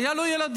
היו לו ילדים,